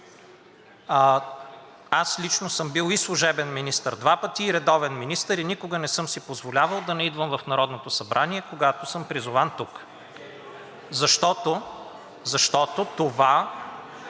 Аз лично съм бил и служебен министър два пъти, и редовен министър, и никога не съм си позволявал да не идвам в Народното събрание, когато съм призован тук (шум и